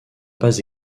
pas